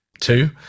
Two